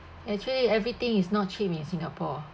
actually everything is not cheap in singapore